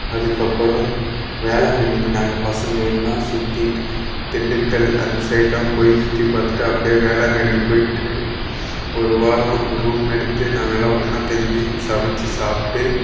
அதுக்கப்பறம் வேளாங்கண்ணிக்கி நாங்கள் பசங்கள் எல்லாம் சுற்றிட்டு திண்டுக்கல் அந்த சைடெலாம் போய் சுற்றிப் பார்த்துட்டு அப்படியே வேளாங்கண்ணி போயிட்டு ஒரு வாரம் ஒரு ரூம் எடுத்து நாங்கல்லாம் ஒன்றா தங்கி சமைச்சு சாப்பிட்டு